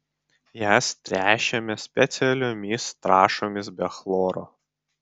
jas tręšiame specialiomis trąšomis be chloro